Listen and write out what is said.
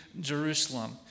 Jerusalem